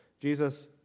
Jesus